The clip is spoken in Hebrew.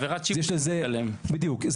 בדיוק.